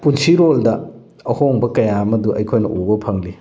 ꯄꯨꯟꯁꯤꯔꯣꯜꯗ ꯑꯍꯣꯡꯕ ꯀꯌꯥ ꯑꯃꯗꯨ ꯑꯩꯈꯣꯏꯅ ꯎꯕ ꯐꯪꯂꯤ